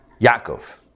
Yaakov